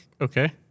Okay